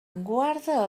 guarda